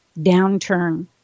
downturn